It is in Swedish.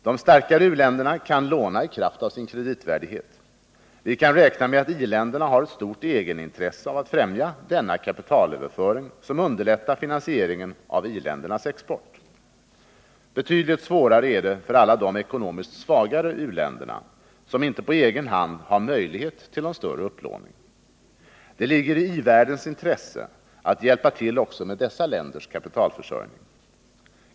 De starkare u-länderna kan låna i kraft av sin kreditvärdighet. Vi kan räkna med att i-länderna har ett stort egenintresse av att främja denna kapitalöverföring, som underlättar finansieringen av i-ländernas export. Betydligt svårare är det för alla de ekonomiskt svagare u-länderna, som inte på egen hand har möjlighet till någon större upplåning. Det ligger i i-världens intresse att hjälpa till också med dessa länders kapitalförsörjning.